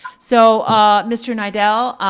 so ah mr nidel,